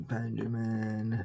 Benjamin